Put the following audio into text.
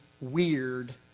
weird